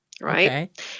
right